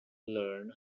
learn